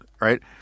right